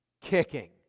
kicking